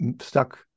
stuck